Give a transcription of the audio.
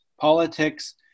politics